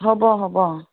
হ'ব হ'ব